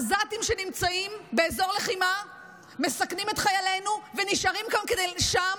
עזתים שנמצאים באזור לחימה מסכנים את חיילינו ונשארים שם